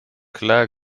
klar